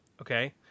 okay